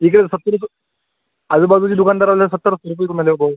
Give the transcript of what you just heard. इकडे तर सत्तर रुपये आजूबाजूचे दुकानदारवाले सत्तर रुपये करून राहिले भाऊ